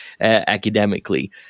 academically